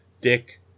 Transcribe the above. Dick